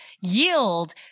yield